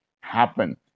happen